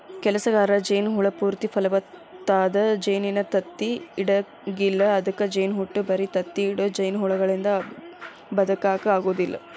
ಕೆಲಸಗಾರ ಜೇನ ಹುಳ ಪೂರ್ತಿ ಫಲವತ್ತಾದ ಜೇನಿನ ತತ್ತಿ ಇಡಂಗಿಲ್ಲ ಅದ್ಕ ಜೇನಹುಟ್ಟ ಬರಿ ತತ್ತಿ ಇಡೋ ಜೇನಹುಳದಿಂದ ಬದಕಾಕ ಆಗೋದಿಲ್ಲ